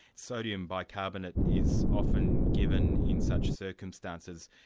sodium bicarbonate is often given in such circumstances,